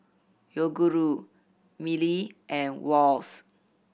Yoguru Mili and Wall's